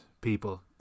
people